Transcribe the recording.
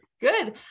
Good